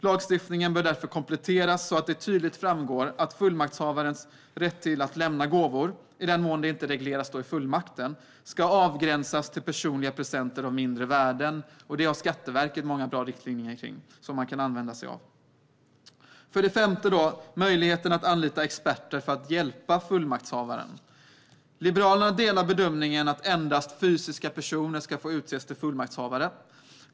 Lagstiftningen bör därför kompletteras så att det tydligt framgår att fullmaktshavarens rätt att lämna gåvor, i den mån detta inte regleras i fullmakten, ska avgränsas till personliga presenter av mindre värde. Där har Skatteverket många bra riktlinjer som man kan använda sig av. För det femte gäller det möjligheten att anlita experter för att hjälpa fullmaktshavaren. Liberalerna delar bedömningen att endast fysiska personer ska få utses till fullmaktshavare.